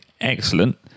excellent